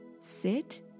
sit